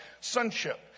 Sonship